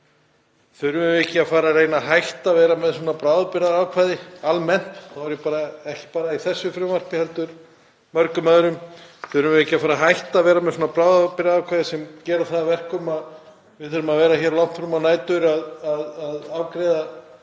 Þurfum við ekki að fara að hætta að vera með svona bráðabirgðaákvæði almennt, ekki bara í þessu frumvarpi heldur mörgum öðrum? Þurfum við ekki að fara að hætta að vera með svona bráðabirgðaákvæði sem gera það að verkum að við þurfum að vera hér langt fram á nætur að afgreiða